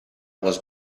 was